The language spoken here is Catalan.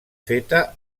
feta